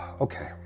okay